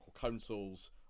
councils